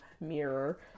mirror